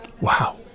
Wow